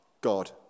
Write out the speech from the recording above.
God